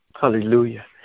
Hallelujah